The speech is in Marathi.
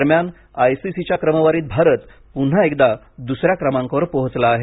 दरम्यान आय सी सी च्या क्रमवारीत भारत पुन्हा दुसऱ्या क्रमांकावर पोहोचला आहे